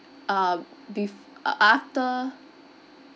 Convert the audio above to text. uh bef~ uh after